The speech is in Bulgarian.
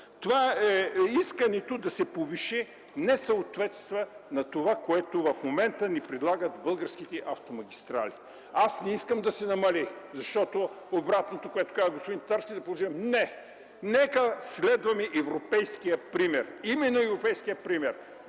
искането да се повиши, не съответства на това, което в момента ни предлагат българските автомагистрали. Аз не искам да се намали, защото обратното, което каза господин Татарски... Не, нека следваме европейския пример – именно европейския пример,